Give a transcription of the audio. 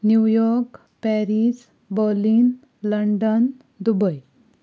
New York Paris Berlin London Dubai